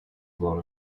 blown